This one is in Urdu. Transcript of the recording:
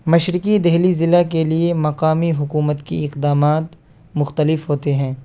مشرقی دہلی ضلع کے لیے مقامی حکومت کی اقدامات مختلف ہوتے ہیں